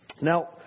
Now